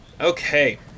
Okay